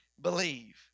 believe